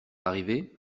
arrivé